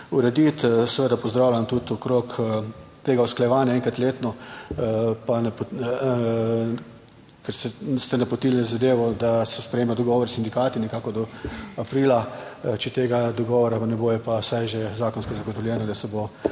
urediti. Seveda pozdravljam tudi okrog tega usklajevanja enkrat letno, pa ker ste napotili na zadevo, da se sprejema dogovor s sindikati nekako do aprila, če tega dogovora ne bo, je pa vsaj že zakonsko zagotovljeno, da se bo